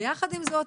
ויחד עם זאת,